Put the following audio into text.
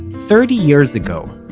thirty years ago,